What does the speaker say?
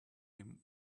him